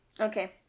Okay